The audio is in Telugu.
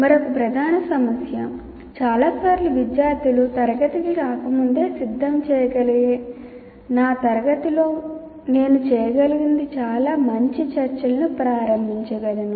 మరొక ప్రధాన సమస్య చాలా సార్లు విద్యార్థులు తరగతికి రాకముందే సిద్ధం చేయగలిగితే నా తరగతిలో నేను చేయగలిగినది చాలా మంచి చర్చలను ప్రారంభించగలను